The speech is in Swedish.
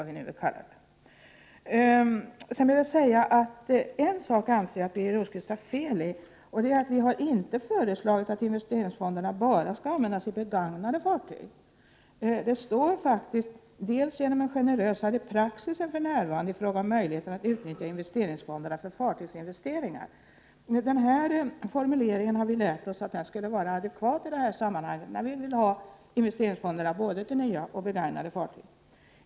På en punkt anser jag att Birger Rosqvist har fel. Vi har inte föreslagit att investeringsfonderna skall användas bara för begagnade fartyg. Det står faktiskt: ”dels genom en generösare praxis än för närvarande i fråga om möjligheterna att utnyttja investeringsfonderna för fartygsinvesteringar”. Den formuleringen har vi lärt oss skulle vara adekvat i det här sammanhanget, när vi vill ha investeringsfonderna till både nya och begagnade fartyg.